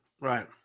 Right